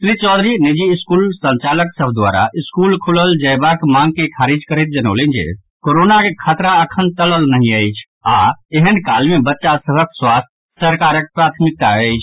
श्री चौधरी निजी स्कूल संचालक सभ द्वारा स्कूल खोलल जायबाक मांग के खारिज करैत जनौलनि जे कोरोनाक खतरा अखन टलल नहि अछि आओर एहेन काल मे बच्चा सभक स्वास्थ्य सरकारक प्राथमिकता अछि